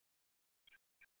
bed ଫେଡ଼୍ ଅଛି କି